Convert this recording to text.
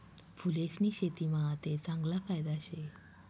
फूलेस्नी शेतीमा आते चांगला फायदा शे